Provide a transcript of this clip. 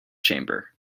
chamber